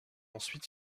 ensuite